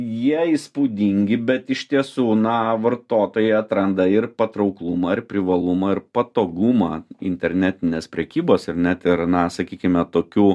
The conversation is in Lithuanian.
jie įspūdingi bet iš tiesų na vartotojai atranda ir patrauklumą ir privalumą ir patogumą internetinės prekybos ir net ir na sakykime tokių